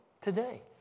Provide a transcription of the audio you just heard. Today